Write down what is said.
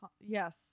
yes